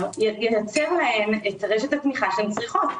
ינטר להן את רשת התמיכה שהן צריכות.